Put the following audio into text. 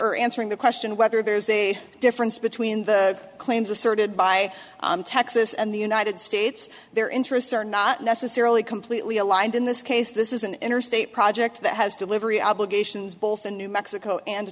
or answering the question whether there's a difference between the claims asserted by texas and the united states their interests are not necessarily completely aligned in this case this is an interstate project that has delivery obligations both in new mexico and t